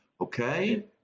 Okay